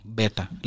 better